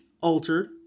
altered